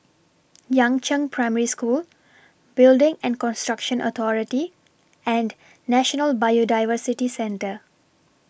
Yangzheng Primary School Building and Construction Authority and National Biodiversity Centre